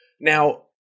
Now